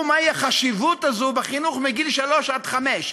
מהי החשיבות הזאת בחינוך מגיל שלוש עד חמש.